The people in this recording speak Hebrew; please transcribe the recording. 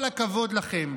כל הכבוד לכם.